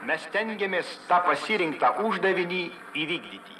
mes stengiamės tą pasirinktą uždavinį įvykdyti